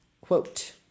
Quote